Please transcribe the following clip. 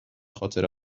خاطر